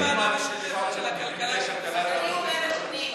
יש ועדת, של ועדת הכלכלה, אני אומרת פנים.